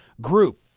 group